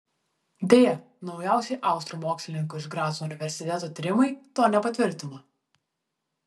deja naujausi austrų mokslininkų iš graco universiteto tyrimai to nepatvirtino